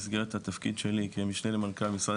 במסגרת התפקיד שלי כמשנה למנכ"ל משרד